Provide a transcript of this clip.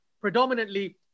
predominantly